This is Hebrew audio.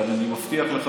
אבל אני מבטיח לך,